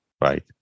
right